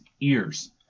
ears